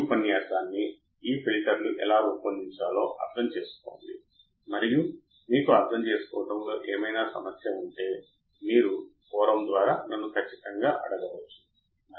కాబట్టి మీరు సర్క్యూట్ రూపకల్పన చేసేటప్పుడు మీ ఇన్పుట్ టెర్మినల్స్ గ్రౌండ్ అయినప్పుడు మీరు అవుట్పుట్ వోల్టేజ్ 0 అని నిర్ధారించుకోండి